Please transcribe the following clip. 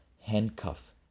handcuff